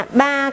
ba